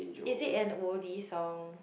is it an woody song